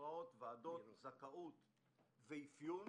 שנקראות ועדות זכאות ואפיון,